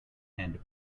and